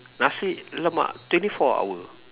nasi lemak twenty four hour